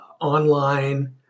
online